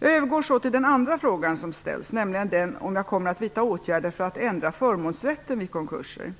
Jag övergår så till den andra frågan som ställs, nämligen den om jag kommer att vidta åtgärder för att ändra förmånsrätten vid konkurser.